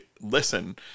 listen